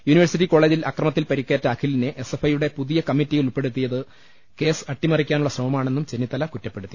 university കോളജിൽ അക്രമത്തിൽ പരിക്കേറ്റ അഖി ലിനെ എസ് എഫ് ഐ യുടെ പുതിയ കമ്മറ്റിയിൽ ഉൾപ്പെടു ത്തിയത് കേസ് അട്ടിമറിക്കാനുള്ള ശ്രമമാണെന്നും ചെന്നിത്തല കുറ്റപ്പെടുത്തി